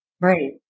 Right